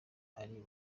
ari